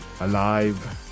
alive